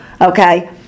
Okay